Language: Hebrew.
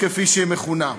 כפי שהיא מכונה.